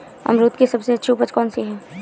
अमरूद की सबसे अच्छी उपज कौन सी है?